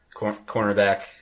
cornerback